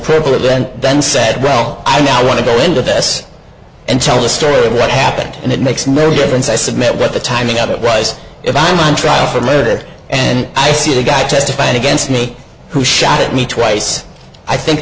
then then said well i now want to go into this and tell the story of what happened and it makes no difference i submit that the timing of it was about on trial for murder and i see the guy testifying against me who shot at me twice i think